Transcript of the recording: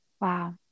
Wow